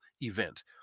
event